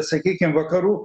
sakykim vakarų